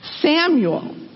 Samuel